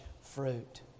fruit